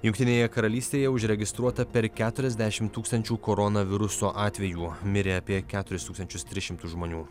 jungtinėje karalystėje užregistruota per keturiasdešim tūkstančių koronaviruso atvejų mirė apie keturis tūkstančius tris šimtus žmonių